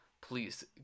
please